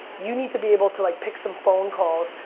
you need to be able to like pick some phone calls,